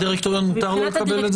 לדירקטוריון מותר לקבל את זה?